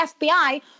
FBI